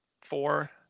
four